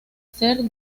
ser